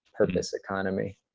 purpose economy.